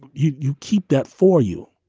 you you keep that for you,